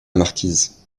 marquise